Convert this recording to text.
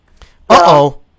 Uh-oh